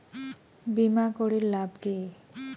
বিমা করির লাভ কি?